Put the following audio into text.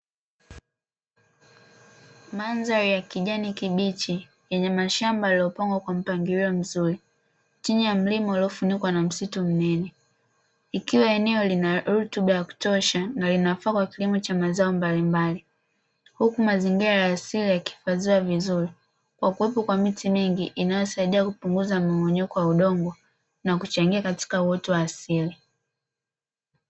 Mandhari ya kijani kibichi, yenye mashamba yaliyopangwa kwa mpangilio mzuri, chini ya mlima uliofunikwa na msitu mnene. Ikiwa eneo lina rutuba ya kutosha na linafaa kwa kilimo cha mazao mbalimbali, huku mazingira ya asili yakihifadhiwa vizuri kwa kuwepo kwa miti mingi inayosaidia kupunguza mmomonyoko wa udongo na kuchangia katika uoto wa asili.